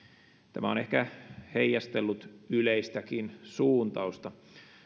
tämä on ehkä heijastellut yleistäkin suuntausta